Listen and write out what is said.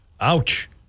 Ouch